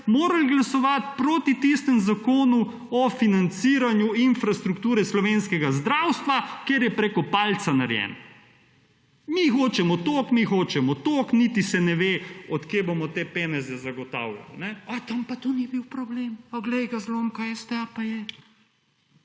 morali glasovati proti tistemu Zakonu o financiranju infrastrukture slovenskega zdravstva kjer je preko palca narejen. Mi hočemo to, mi hočemo toliko, niti se ne ve od kje bomo te peneze zagotavljali. A tam pa to ni bil problem? O glej ga zlomka, STA pa je.